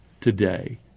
today